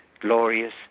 glorious